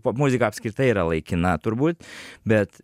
popmuzika apskritai yra laikina turbūt bet